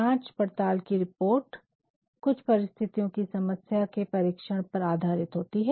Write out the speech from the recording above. जाँच पड़ताल की रिपोर्ट कुछ परिस्थितियों की समस्या के परिक्षण पर आधारित होती है